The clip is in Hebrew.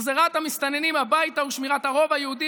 החזרת המסתננים הביתה ושמירת הרוב היהודי